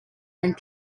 and